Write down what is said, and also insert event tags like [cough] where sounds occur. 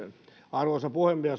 arvoisa puhemies [unintelligible]